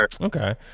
Okay